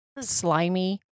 slimy